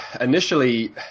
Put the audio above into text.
Initially